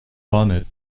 bonnet